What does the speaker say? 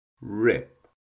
rip